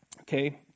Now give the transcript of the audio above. Okay